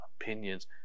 opinions